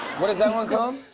what is that one called?